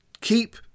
keep